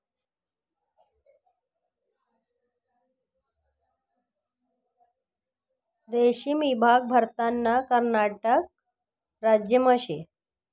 रेशीम ईभाग भारतना कर्नाटक राज्यमा शे